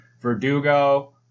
Verdugo